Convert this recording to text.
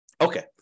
Okay